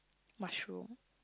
mushroom